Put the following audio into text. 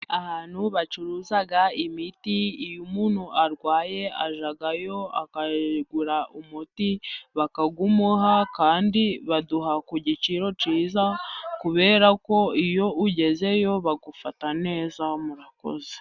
Ahantu bacuruza imiti. Iyo umuntu arwaye ajyayo akagura umuti bakamuha kandi baduha ku giciro cyiza, kubera ko iyo ugezeyo bagufata neza murakoze.